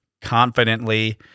confidently